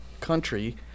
country